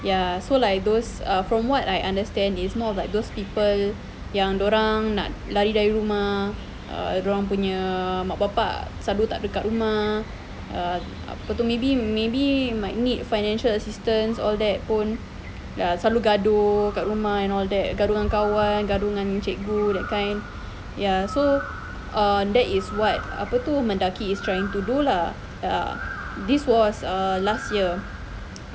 ya so like those err from what I understand is more of like those people yang dorang nak lari dari rumah uh dorang punya mak bapa selalu tak ada kat rumah uh apa tu maybe maybe you might need financial assistance all that pun ya selalu gaduh kat rumah and all that gaduh dengan kawan gaduh dengan cikgu that kind ya so err that is what apa tu Mendaki is trying to do lah ya this was err last year